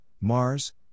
Mars